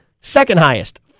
second-highest